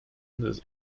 this